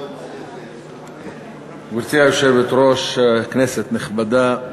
גברתי היושבת-ראש, כנסת נכבדה,